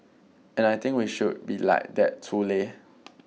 and I think we should be like that too Leh